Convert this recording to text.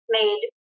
made